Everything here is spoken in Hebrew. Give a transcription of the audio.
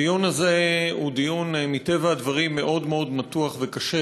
הדיון הזה, מטבע הדברים, מאוד מתוח וקשה.